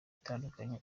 itandukanye